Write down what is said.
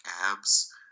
abs